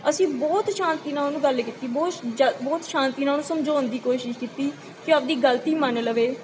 ਅਸੀਂ ਬਹੁਤ ਸ਼ਾਂਤੀ ਨਾਲ ਉਹਨੂੰ ਗੱਲ ਕੀਤੀ ਬਹੁਤ ਸ਼ ਜਾ ਬਹੁਤ ਸ਼ਾਂਤੀ ਨਾਲ ਉਹਨੂੰ ਸਮਝਾਉਣ ਦੀ ਕੋਸ਼ਿਸ਼ ਕੀਤੀ ਕਿ ਆਪਣੀ ਗਲਤੀ ਮੰਨ ਲਵੇ